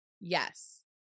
Yes